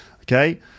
Okay